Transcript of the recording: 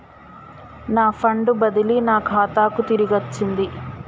నా ఫండ్ బదిలీ నా ఖాతాకు తిరిగచ్చింది